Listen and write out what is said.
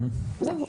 זהו.